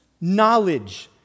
knowledge